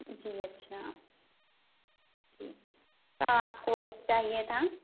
جی اچھا ٹھیک تو آپ کو اب چاہیے تھا